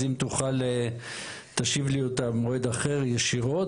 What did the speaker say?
אז אם תוכל תשיב לי אותה במועד אחר ישירות,